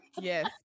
Yes